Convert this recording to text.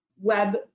web